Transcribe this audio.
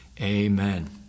Amen